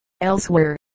Elsewhere